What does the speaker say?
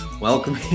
Welcome